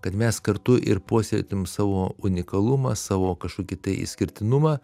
kad mes kartu ir puoselėkim savo unikalumą savo kažkokį tai išskirtinumą